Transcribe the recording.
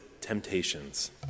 temptations